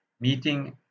meeting